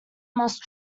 must